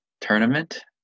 tournament